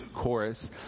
chorus